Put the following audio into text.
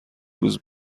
روز